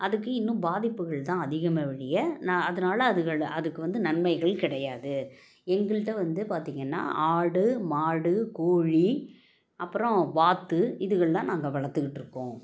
அதுக்கு இன்னும் பாதிப்புகள் தான் அதிகமே ஒழிய நான் அதனால அதுகள் அதுக்கு வந்து நன்மைகள் கிடையாது எங்கள்கிட்ட வந்து பார்த்தீங்கன்னா ஆடு மாடு கோழி அப்புறம் வாத்து இதுகெல்லாம் நாங்கள் வளர்த்துக்கிட்ருக்கோம்